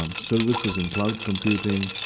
um services, and cloud computing,